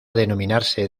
denominarse